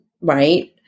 right